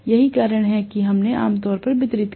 यही कारण है कि हमने आम तौर पर वितरित किया